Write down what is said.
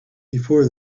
before